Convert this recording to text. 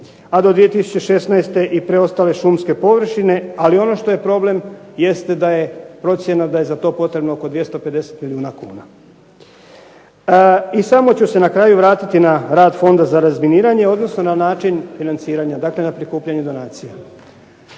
a do 2016. i preostale šumske površine. Ali ono što je problem jeste da je procjena da je za to potrebno oko 250 milijuna kuna. I samo ću se na kraju vratiti na rad Fonda za razminiranje, odnosno na način financiranja, dakle na prikupljanje donacija.